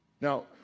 Now